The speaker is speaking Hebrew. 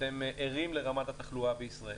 אתם ערים לרמת התחלואה בישראל,